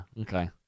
okay